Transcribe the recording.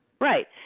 Right